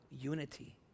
unity